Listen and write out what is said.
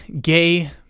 gay